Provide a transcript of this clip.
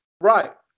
Right